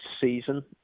season